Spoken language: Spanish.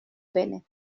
pene